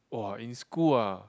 [wah] in school uh